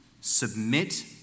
submit